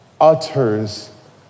utters